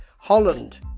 Holland